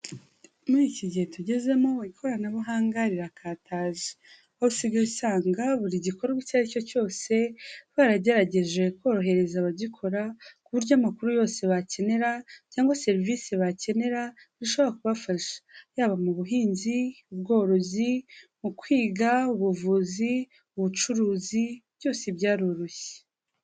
Muri iki gihe tugezemo ikoranabuhanga rirakataje, aho usigaye usanga buri gikorwa icyo ari cyo cyose, baragerageje korohereza abagikora ku buryo amakuru yose bakenera cyangwa serivisi bakenera bishobora kubafasha. Yaba mu buhinzi, ubworozi, mu kwiga, ubuvuzi, ubucuruzi, byose byaroroshye.